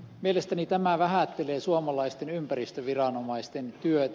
mielestäni tämä vähättelee suomalaisten ympäristöviranomaisten työtä